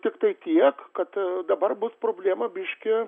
tiktai tiek kad dabar bus problema biškį